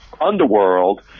underworld